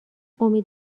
امید